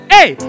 Hey